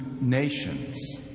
nations